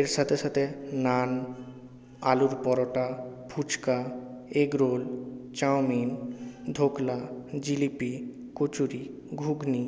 এর সাথে সাথে নান আলুর পরোটা ফুচকা এগরোল চাউমিন ধোকলা জিলিপি কচুরি ঘুগনি